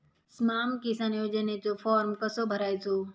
स्माम किसान योजनेचो फॉर्म कसो भरायचो?